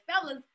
fellas